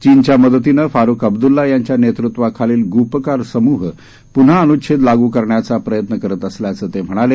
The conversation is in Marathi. चिनच्या मदतीनं फारूख अब्दुल्ला यांच्या नेतृत्वाखालील ग्पकार समूह प्न्हा अन्च्छेद लागू करण्याचा प्रयत्न करत असल्याचं ते म्हणाले